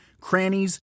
crannies